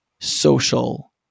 social